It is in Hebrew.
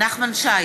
נחמן שי,